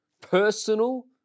personal